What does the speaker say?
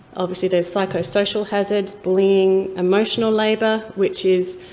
obviously there's psychosocial hazards, bullying, emotional labor, which is,